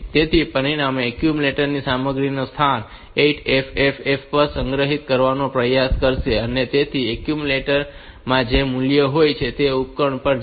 તેથી પરિણામે એક્યુમ્યુલેટર સામગ્રી તે સ્થાન 8FFF પર સંગ્રહિત કરવાનો પ્રયાસ કરશે અને તેથી એક્યુમ્યુલેટર માં જે મૂલ્ય હોય છે તે ઉપકરણ પર જશે